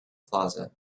plaza